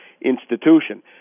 institution